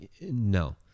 no